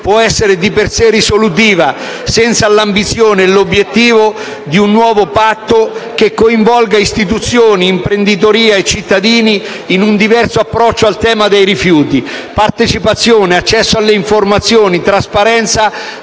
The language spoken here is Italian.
può essere di per sé risolutiva, senza l'ambizione e l'obiettivo di un nuovo patto che coinvolga istituzioni, imprenditoria e cittadini in un diverso approccio al tema dei rifiuti. Partecipazione, accesso alle informazioni, trasparenza,